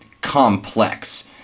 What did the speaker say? complex